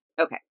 okay